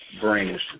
brings